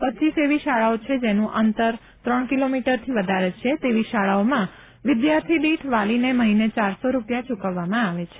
રપ એવી શાળાઓ છે જેનું અંતર ત્રણ કિલોમીટરથી વધારે છે તેવી શાળાઓમાં વિદ્યાર્થીદીઠ વાલીને મહિને ચારસો રૂપિયા ચુકવવામાં આવે છે